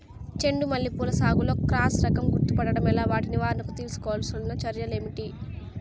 చెండు మల్లి పూల సాగులో క్రాస్ రకం గుర్తుపట్టడం ఎలా? వాటి నివారణకు తీసుకోవాల్సిన చర్యలు ఏంటి?